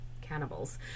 cannibals